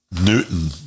Newton